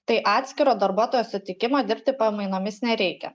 tai atskiro darbuotojo sutikimo dirbti pamainomis nereikia